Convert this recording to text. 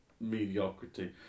mediocrity